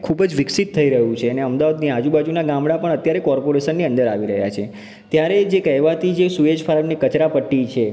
ખૂબ જ વિકસિત થઈ રહ્યું છે અને અમદાવાદની આજુબાજુનાં ગામડાં પણ અત્યારે કૉર્પોરેશનની અંદર આવી રહ્યાં છે ત્યારે જે કહેવાતી જે સુએજ ફાર્મની કચરાપટ્ટી છે